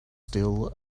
still